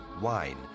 Wine